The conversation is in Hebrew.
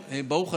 דרך אגב, נכון.